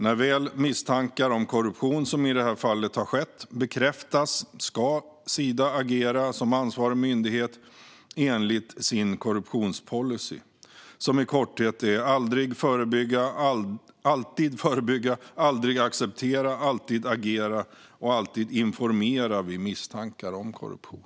När väl misstankar om att korruption har skett bekräftas, som i det här fallet, ska Sida som ansvarig myndighet agera enligt sin korruptionspolicy, i korthet: alltid förebygga, aldrig acceptera, alltid agera och alltid informera vid misstankar om korruption.